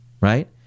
right